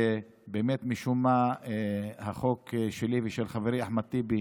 שבאמת משום מה החוק שלי ושל חברי אחמד טיבי